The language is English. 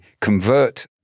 convert